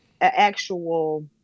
actual